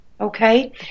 okay